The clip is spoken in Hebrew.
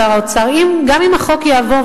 שר האוצר: גם אם החוק יעבור,